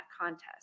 contest